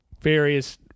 various